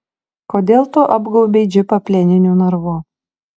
kodėl tu apgaubei džipą plieniniu narvu